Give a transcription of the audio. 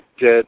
dead